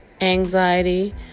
anxiety